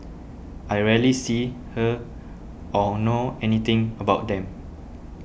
I rarely see her or know anything about them